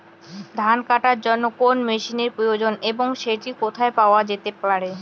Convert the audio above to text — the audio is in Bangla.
ধান কাটার জন্য কোন মেশিনের প্রয়োজন এবং সেটি কোথায় পাওয়া যেতে পারে?